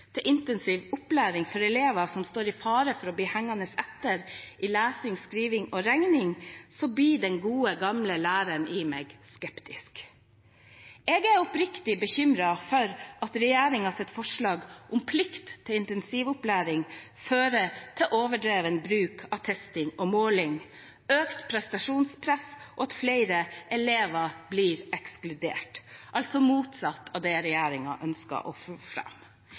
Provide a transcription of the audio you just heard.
til intensiv opplæring for elever som står i fare for bli hengende etter i lesing, skriving eller regning, blir den gode, gamle læreren i meg skeptisk. Jeg er oppriktig bekymret for at regjeringens forslag om plikt til intensivopplæring fører til overdreven bruk av testing og måling, økt prestasjonspress og til at flere elever blir ekskludert – altså det motsatte av det som regjeringen ønsker å